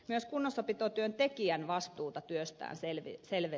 myös kunnossapitotyöntekijän vastuuta työstään selvennetään